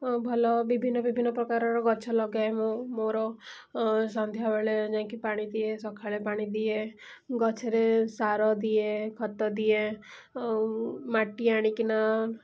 ଓ ଭଲ ବିଭିନ୍ନ ବିଭିନ୍ନ ପ୍ରକାରର ଗଛ ଲଗାଏ ମୁଁ ମୁଁ ମୋର ସନ୍ଧ୍ୟାବେଳେ ଯାଇଁକି ପାଣି ଦିଏ ସକାଳେ ପାଣି ଦିଏ ଗଛରେ ସାର ଦିଏ ଖତ ଦିଏ ଆଉ ମାଟି ଆଣିକିନା